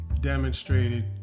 demonstrated